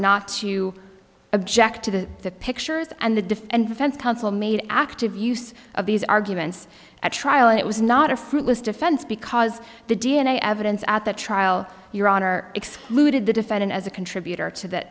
not to object to the pictures and the defense counsel made active use of these arguments at trial and it was not a fruitless defense because the d n a evidence at the trial your honor excluded the defendant as a contributor to th